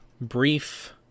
brief